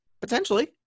Potentially